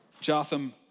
Jotham